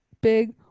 big